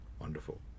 wonderful